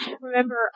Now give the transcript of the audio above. remember